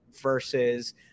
versus